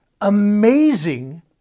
amazing